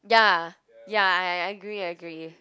ya ya I I I agree I agree